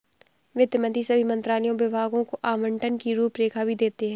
वित्त मंत्री सभी मंत्रालयों और विभागों को आवंटन की रूपरेखा भी देते हैं